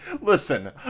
Listen